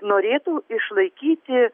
norėtų išlaikyti